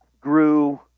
grew